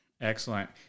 excellent